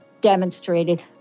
demonstrated